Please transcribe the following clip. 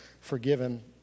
forgiven